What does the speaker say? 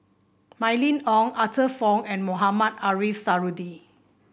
Mylene Ong Arthur Fong and Mohamed Ariff Suradi